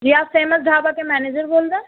جی آپ فیمس ڈھابا کے مینجر بول رہے ہیں